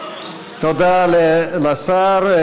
תודה לשר.